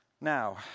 Now